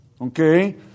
Okay